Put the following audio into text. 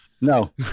No